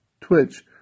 Twitch